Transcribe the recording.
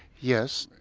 yes.